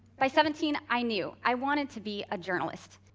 by seventeen, i knew i wanted to be a journalist.